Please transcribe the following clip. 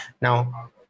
now